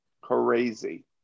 crazy